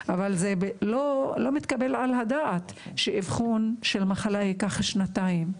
זה לא מתקבל על הדעת שאבחון של מחלה ייקח שנתיים.